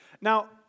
Now